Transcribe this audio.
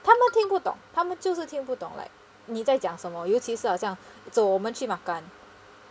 他们听不懂他们就是听不懂 like 你在讲什么尤其是好像走我们去 makan